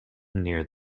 near